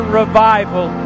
revival